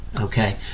okay